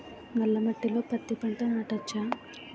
నల్ల మట్టిలో పత్తి పంట నాటచ్చా?